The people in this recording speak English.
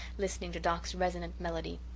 listening to doc's resonant melody.